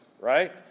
right